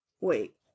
Wait